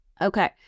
Okay